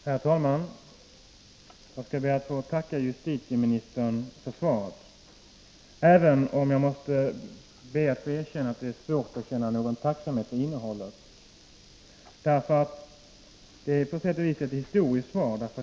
Herr talman! Jag skall be att få tacka justitieministern för svaret, även om jag måste medge att det är svårt att känna någon tacksamhet för dess innehåll. Det är på sätt och vis ett historiskt svar.